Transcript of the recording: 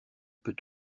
peut